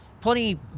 Plenty